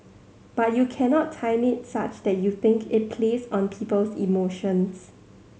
but you cannot time it such that you think it plays on people's emotions